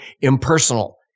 impersonal